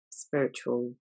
spiritual